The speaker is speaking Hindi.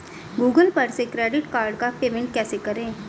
गूगल पर से क्रेडिट कार्ड का पेमेंट कैसे करें?